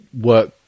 work